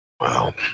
Wow